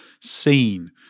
seen